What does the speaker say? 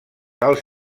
alts